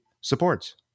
supports